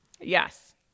Yes